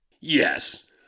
Yes